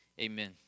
amen